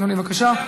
אדוני, בבקשה.